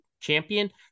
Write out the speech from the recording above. champion